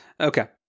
Okay